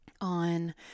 on